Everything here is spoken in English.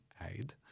aid